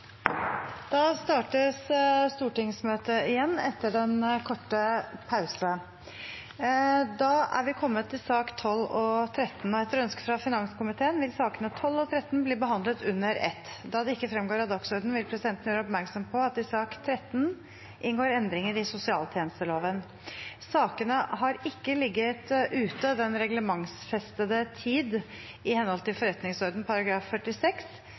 Da starter vi stortingsmøtet igjen etter pausen. Etter ønske fra finanskomiteen vil sakene nr. 12 og 13 bli behandlet under ett. Da det ikke fremgår av dagsordenen, vil presidenten gjøre oppmerksom på at i sak nr. 13 inngår endringer i sosialtjenesteloven. Sakene har ikke ligget ute den reglementsfestede tid i henhold til forretningsordenens § 46.